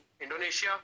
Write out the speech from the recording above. Indonesia